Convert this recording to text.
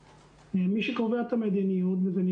אני בטוח שתכף יצטרפו אלינו חברים